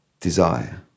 desire